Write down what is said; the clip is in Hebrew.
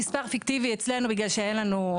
מספר פיקטיבי אצלנו בגלל שאין לנו,